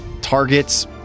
targets